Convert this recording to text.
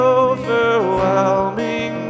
overwhelming